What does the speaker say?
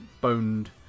boned